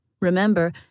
Remember